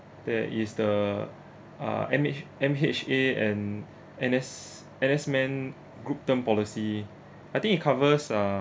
there is the uh M_H~ M_H_A and N_S N_S men group term policy I think it covers uh